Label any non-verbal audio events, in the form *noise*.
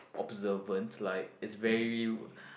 observant like is very *breath*